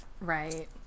Right